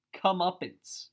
comeuppance